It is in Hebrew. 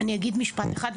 אני אגיד משפט אחד,